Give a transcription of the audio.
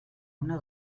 una